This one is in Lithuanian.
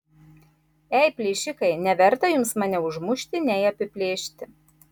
ei plėšikai neverta jums mane užmušti nei apiplėšti